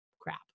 crap